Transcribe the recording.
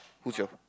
who's your